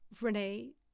Renee